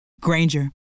Granger